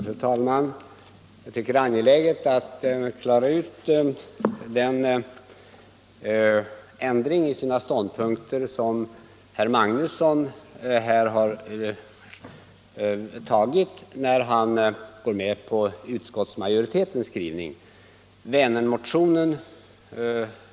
Fru talman! Det är angeläget att klara ut den ändring av sina ståndpunkter som herr Magnusson i Kristinehamn har gjort när han går med på utskottsmajoritetens skrivning.